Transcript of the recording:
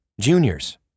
juniors